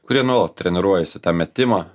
kurie nuolat treniruojasi tą metimą